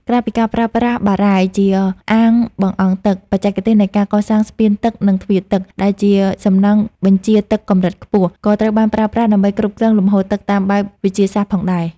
ក្រៅពីការប្រើប្រាស់បារាយណ៍ជាអាងបង្អង់ទឹក បច្ចេកទេសនៃការកសាង ស្ពានទឹក និងទ្វារទឹក ដែលជាសំណង់បញ្ជាទឹកកម្រិតខ្ពស់ ក៏ត្រូវបានប្រើប្រាស់ដើម្បីគ្រប់គ្រងលំហូរទឹកតាមបែបវិទ្យាសាស្ត្រផងដែរ។